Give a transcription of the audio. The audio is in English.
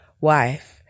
wife